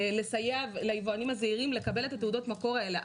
לסייע ליבואנים הזעירים לקבל את תעודות המקור הללו.